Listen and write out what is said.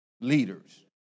leaders